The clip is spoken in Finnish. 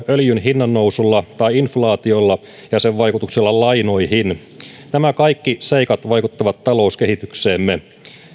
öljyn hinnan nousulla tai inflaatiolla ja sen vaikutuksella lainoihin nämä kaikki seikat vaikuttavat talouskehitykseemme